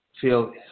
feel